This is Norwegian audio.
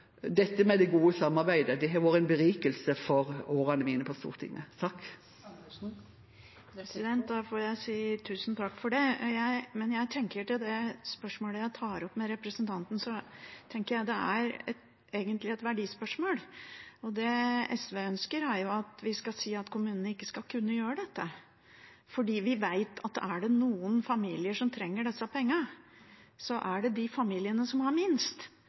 det gode samarbeidet. Det har vært en berikelse for årene mine på Stortinget. Jeg får si tusen takk for det. Men til det spørsmålet jeg tar opp med representanten, tenker jeg at det egentlig er et verdispørsmål. Det SV ønsker, er at vi skal si at kommunene ikke skal kunne gjøre dette, for vi vet at er det noen familier som trenger disse pengene, er det de familiene som har minst.